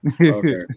okay